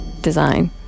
design